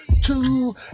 two